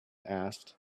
asked